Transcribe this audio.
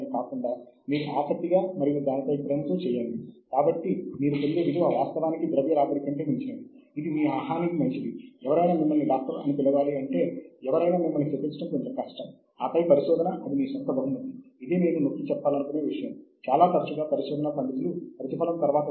అవి వివిధ సమూహాలుగా వర్గీకరించబడ్డాయి సమూహము 1 సమూహము 2 సమూహము 3 లాగా